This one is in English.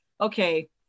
okay